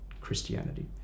Christianity